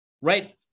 right